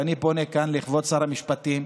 ואני פונה כאן לכבוד שר המשפטים: